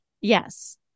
Yes